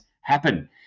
happen